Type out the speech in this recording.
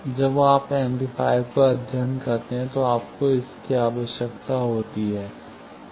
जब आप एम्पलीफायरों का अध्ययन करते हैं तो आपको इसकी आवश्यकता होती है